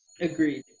Agreed